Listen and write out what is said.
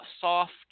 soft